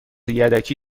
یدکی